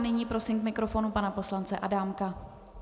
Nyní prosím k mikrofonu pana poslance Adámka.